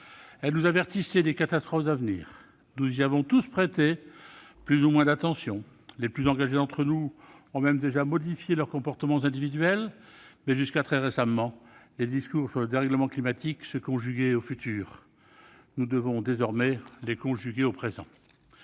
Elle nous avertissait des catastrophes à venir. Nous y avons tous prêté plus ou moins d'attention. Les plus engagés d'entre nous ont même déjà modifié leurs comportements individuels. Mais, jusqu'à très récemment, les discours sur le dérèglement climatique se conjuguaient au futur. Nous devons désormais les conjuguer au présent.